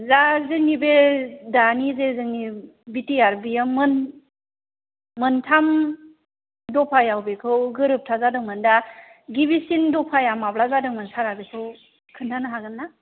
दा जोंनि बे दानि जे जोंनि बि टि आर बेयाव मोन मोनथाम दफायाव बेखौ गोरोबथा जादोंमोन दा गिबिसिन दफाया माब्ला जादोंमोन सारा बेखौ खोन्थानो हागोन ना